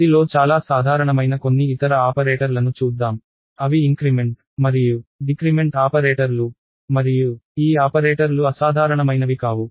C లో చాలా సాధారణమైన కొన్ని ఇతర ఆపరేటర్లను చూద్దాం అవి ఇంక్రిమెంట్ మరియు డిక్రిమెంట్ ఆపరేటర్లు మరియు ఈ ఆపరేటర్లు అసాధారణమైనవి కావు